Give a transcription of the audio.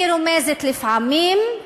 היא רומזת לפעמים,